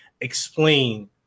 explain